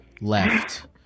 left